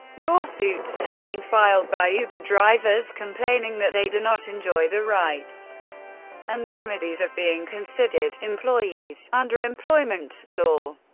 lawsuits have been filed by uber drivers complaining that they do not enjoy the rights and remedies of being considered employees under employment law.